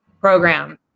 program